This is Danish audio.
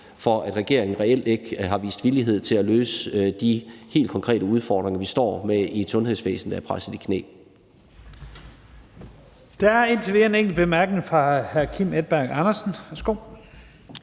for, at regeringen reelt ikke har vist villighed til at løse de helt konkrete udfordringer, vi står med i et sundhedsvæsen, der er presset i knæ.